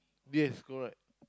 yes correct